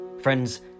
Friends